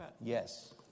Yes